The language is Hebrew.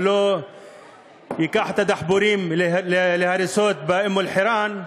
ולא ייקח את הדחפורים להריסות באום-אלחיראן,